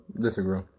Disagree